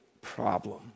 problem